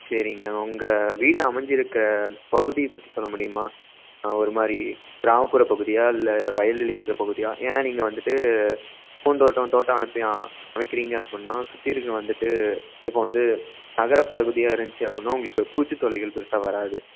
சரிங்க உங்கள் வீடு அமைஞ்சிருக்க பகுதியை பற்றி சொல்ல முடியுமா ஒரு மாதிரி கிராமப்புற பகுதியாக இல்லை வயல்வெளி இருக்கிற பகுதியாக ஏன்னா நீங்கள் வந்துட்டு பூந்தோட்டம் தோட்டம் அமைப்பியா அமைக்கிறீங்க அப்புடின்னா சுற்றி இருக்க வந்துட்டு இப்போது வந்து நகரப்பகுதியாக இருந்திச்சி அப்புடின்னா உங்களுக்கு பூச்சித்தொல்லைகள் பெருசாக வராது